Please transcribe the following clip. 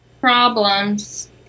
problems